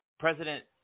President